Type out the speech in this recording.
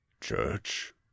Church